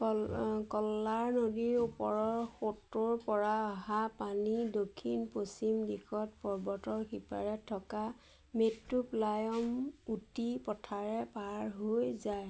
কল্লাৰ নদীৰ ওপৰৰ সোঁতটোৰপৰা অহা পানী দক্ষিণ পশ্চিম দিশত পৰ্বতৰ সিপাৰে থকা মেট্টুপালায়ম উটি পথাৰে পাৰ হৈ যায়